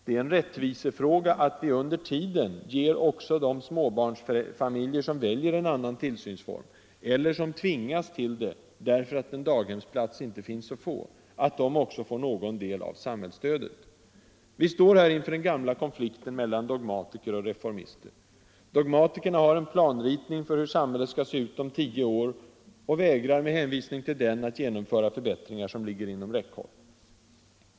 Det är en rättvisefråga att vi under tiden ger också de småbarnsfamiljer som väljer en annan tillsynsform, eller som tvingas till det därför att daghemsplats inte finns att få, någon del av samhällsstödet. Vi står här inför den gamla konflikten mellan dogmatiker och reformister. Dogmatikerna har en planritning för hur samhället skall se ut om tio år — och vägrar med hänvisning till den att genomföra förbättringar som ligger inom räckhåll.